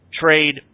Trade